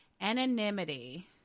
anonymity